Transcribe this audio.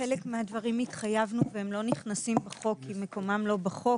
חלק מהדברים התחייבנו והם לא נכנסים בחוק כי מקומם לא בחוק,